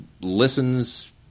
listens